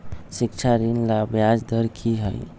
शिक्षा ऋण ला ब्याज दर कि हई?